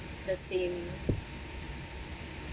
the same